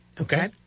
Okay